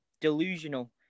delusional